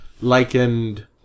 likened